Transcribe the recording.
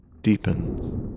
deepens